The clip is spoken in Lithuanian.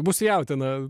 bus jautiena